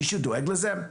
מישהו דואג לזה?